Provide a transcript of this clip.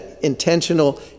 intentional